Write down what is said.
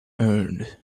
earned